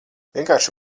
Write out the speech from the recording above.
vienkārši